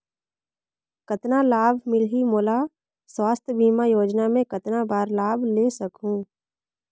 कतना लाभ मिलही मोला? स्वास्थ बीमा योजना मे कतना बार लाभ ले सकहूँ?